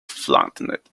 flattened